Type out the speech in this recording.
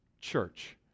church